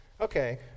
Okay